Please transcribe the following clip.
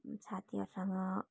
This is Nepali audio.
साथीहरूसँग